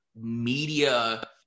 media